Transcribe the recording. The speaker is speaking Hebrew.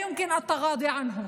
(אני לא אדבר על כאב,